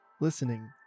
Listening